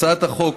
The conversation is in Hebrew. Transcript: הצעת החוק